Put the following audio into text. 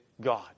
God